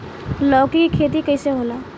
लौकी के खेती कइसे होला?